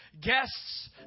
guests